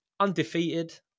undefeated